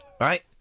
right